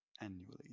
annually